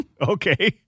Okay